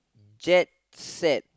jet sack